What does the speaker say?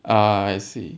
ah I see